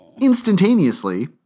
instantaneously